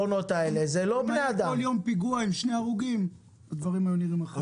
כל יום פיגוע עם שני הרוגים הדברים היו נראים אחרת.